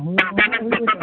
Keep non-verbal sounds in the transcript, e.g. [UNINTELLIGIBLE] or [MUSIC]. ᱦᱮᱸ [UNINTELLIGIBLE]